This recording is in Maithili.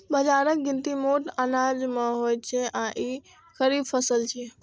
बाजराक गिनती मोट अनाज मे होइ छै आ ई खरीफ फसल छियै